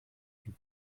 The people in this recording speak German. die